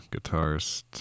Guitarist